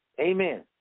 Amen